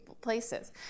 places